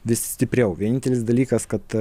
vis stipriau vienintelis dalykas kad